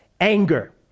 anger